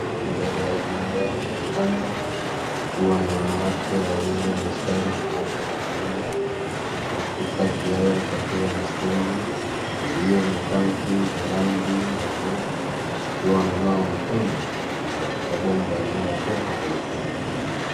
Mbele ya jumba kwenye kanda pakiwa an wanawake wawili na askari mmoja wa kiume huku kati yao pakiwa na stendi iliyo na tanki la rangi ya buluu wakiwa wananawa mikono katika bomba linalotoka kwenye tenki.